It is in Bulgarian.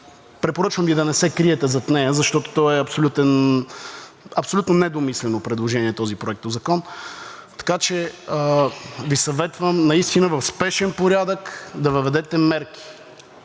Препоръчвам Ви да не се криете зад нея, защото той е абсолютно недомислено предложение – този проектозакон. Така че Ви съветвам наистина в спешен порядък да въведете мерки